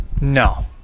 No